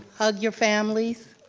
hug your families,